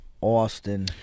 Austin